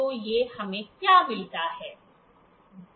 तो यह हमें क्या मिलता है